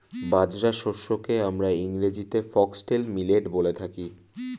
বাজরা শস্যকে আমরা ইংরেজিতে ফক্সটেল মিলেট বলে থাকি